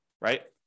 right